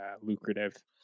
lucrative